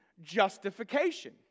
justification